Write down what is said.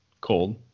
cold